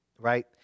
right